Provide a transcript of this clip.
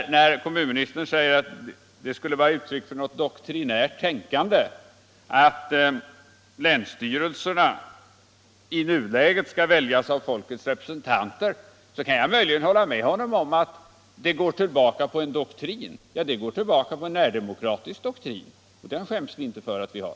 Kommunministern säger att det skulle vara uttryck för något doktrinärt tänkande att föreslå att länsstyrelserna i nuläget skall väljas av folkets representanter. Jag kan möjligen hålla med honom om att det går tillbaka på en doktrin: Det går tillbaka på en närdemokratidoktrin, och den skäms vi inte för att vi har.